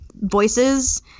voices